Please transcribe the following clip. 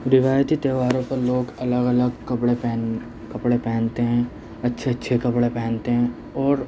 روایتی تہواروں پر لوگ الگ الگ کپڑے پہن کپڑے پہنتے ہیں اچھے اچھے کپڑے پہنتے ہیں اور